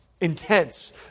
Intense